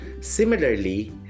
Similarly